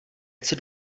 chci